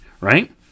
Right